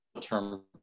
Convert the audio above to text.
term